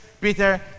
Peter